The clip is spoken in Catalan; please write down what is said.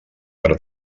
per